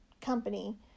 company